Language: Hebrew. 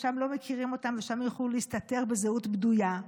ששם לא מכירים אותם ושם יוכלו להסתתר בזהות בדויה,